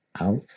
out